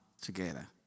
together